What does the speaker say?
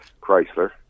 Chrysler